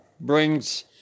brings